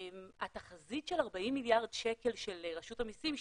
התחזית של 40 מיליארד שקל של רשות המסים,